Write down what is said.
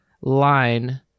line